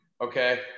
okay